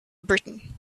britain